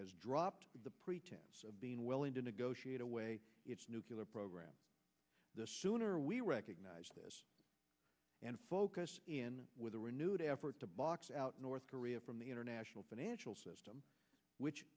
has dropped the pretense of being willing to negotiate away nucular program to enter we recognize this and focus in with a renewed effort to box out north korea from the international financial system which